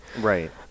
right